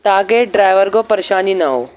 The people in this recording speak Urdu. تا کہ ڈرائیور کو پریشانی نہ ہو